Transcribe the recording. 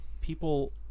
people